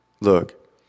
look